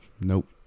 Nope